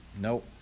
nope